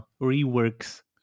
Reworks